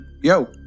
Yo